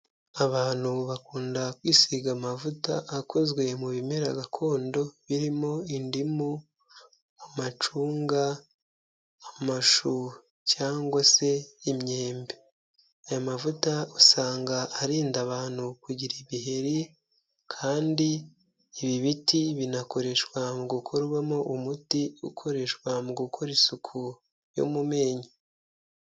Abantu bakunda kwisiga amavuta akozwe mu bimera gakondo birimo indimu, amacunga, amashu cyangwa se imyembe. Aya mavuta usanga arinda abantu kugira ibiheri kandi ibi biti binakoreshwa mu gukorwamo umuti ukoreshwa mu gukora isuku yo mu menyo.